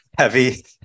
heavy